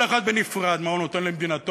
כל אחד בנפרד, מה הוא נותן למדינתו,